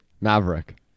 Maverick